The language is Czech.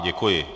Děkuji.